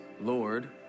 Lord